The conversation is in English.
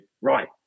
right